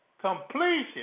completion